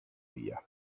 via